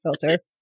filter